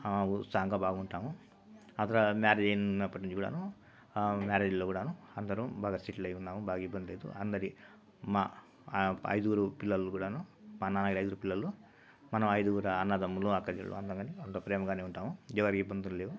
చాంగా బాగుంటాము ఆ తర్వాత మ్యారేజయినప్పటి నుంచి కూడాను మ్యారేజ్లో కూడాను అందరం బాగా సెటిలై ఉన్నాము బాగా ఇబ్బంది ఏం లేదు అందరి మా ఐదుగురు పిల్లలు కూడాను మన అయిదుగురు పిల్లలు మనం ఐదుగురు అన్నదమ్ములు అక్కచెల్లెలు ఉన్నాగాని అందరూ ప్రేమగానే ఉంటాము ఎవరి ఇబ్బందులు లేవు